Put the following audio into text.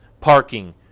parking